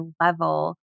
level